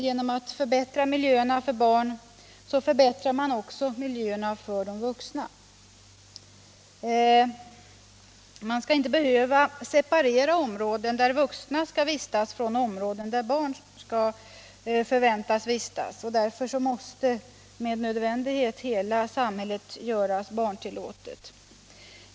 Genom att förbättra miljön för barn förbättrar man också miljön för de vuxna. Man skall inte behöva separera områden där vuxna skall vistas från områden där barn förväntas vistas. Därför måste med nödvändighet hela samhället göras barntillåtet.